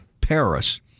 Paris